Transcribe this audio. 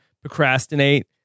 procrastinate